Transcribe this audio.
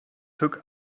took